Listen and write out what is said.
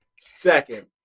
second